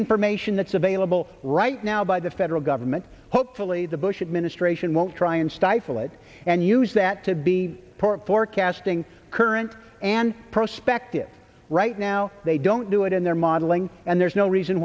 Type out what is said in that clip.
information that's available right now by the federal government hopefully the bush administration won't try and stifle it and use that to be part of forecasting current and prospective right now they don't do it in their modeling and there's no reason